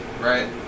right